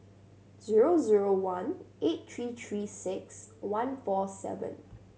zero zero one eight three Three Six One four seven